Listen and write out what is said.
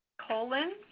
colon,